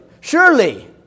surely